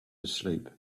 asleep